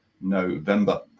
November